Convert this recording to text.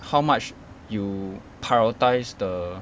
how much you prioritise the